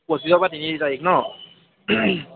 পঁচিছৰ পৰা তিনি তাৰিখ নহ্